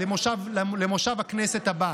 למושב הכנסת הבא,